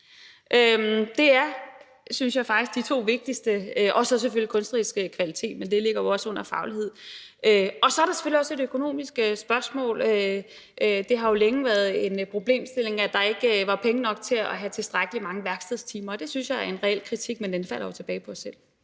faktisk, de to vigtigste, og så selvfølgelig kunstnerisk kvalitet, men det ligger jo også under faglighed. Så er der selvfølgelig også et økonomisk spørgsmål. Det har jo længe været en problemstilling, at der ikke var penge nok til at have tilstrækkelig mange værkstedstimer, og det synes jeg er en reel kritik, men den falder jo tilbage på os selv.